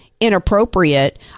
inappropriate